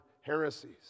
heresies